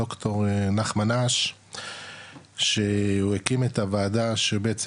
דוקטור נחמן אש שהוא הקים את הוועדה שבעצם,